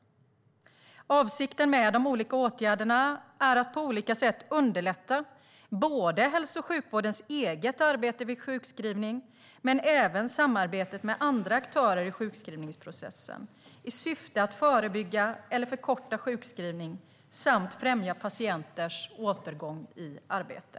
Avsikten med de olika åtgärderna är att på olika sätt underlätta hälso och sjukvårdens eget arbete vid sjukskrivning men även samarbetet med andra aktörer i sjukskrivningsprocessen i syfte att förebygga eller förkorta sjukskrivning samt främja patienters återgång i arbete.